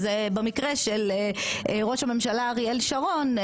אז במקרה של ראש הממשלה אריאל שרון,